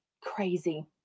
Crazy